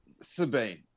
Sabine